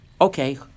Okay